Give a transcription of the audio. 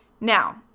Now